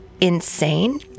insane